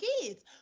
kids